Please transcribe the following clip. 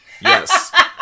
Yes